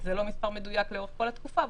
זה לא מספר מדויק לאורך כל התקופה,